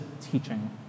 teaching